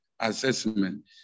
Assessment